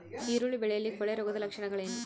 ಈರುಳ್ಳಿ ಬೆಳೆಯಲ್ಲಿ ಕೊಳೆರೋಗದ ಲಕ್ಷಣಗಳೇನು?